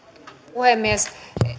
puhemies